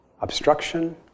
obstruction